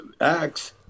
acts